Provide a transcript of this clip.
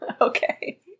Okay